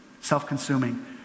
Self-consuming